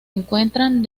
encuentran